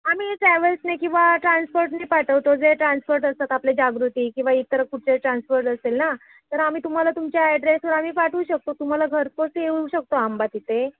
आम्ही ट्रॅवल्सने किंवा ट्रान्सपोर्टने पाठवतो जे ट्रान्सपोर्ट असतात आपले जागृती किंवा इतर कुठे ट्रान्सपोर्ट असेल ना तर आम्ही तुम्हाला तुमच्या ॲड्रेसवर आम्ही पाठवू शकतो तुम्हाला घरपोच येऊ शकतो आंबा तिथे